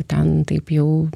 ten taip jau